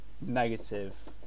negative